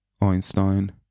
Einstein